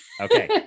Okay